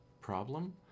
problem